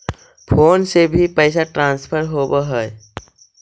Phone से भी पैसा ट्रांसफर होवहै?